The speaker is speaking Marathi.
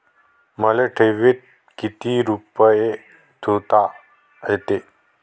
मले ठेवीत किती रुपये ठुता येते?